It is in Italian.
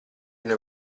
una